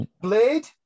blade